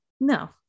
No